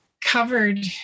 covered